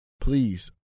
please